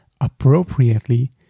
appropriately